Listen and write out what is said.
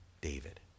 David